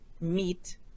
meat